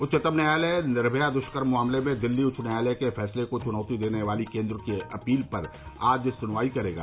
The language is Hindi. उच्चतम न्यायालय निर्मया दष्कर्म मामले में दिल्ली उच्च न्यायालय के फैसले को चुनौती देने वाली केन्द्र की अपील पर आज सुनवाई करेगा